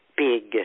big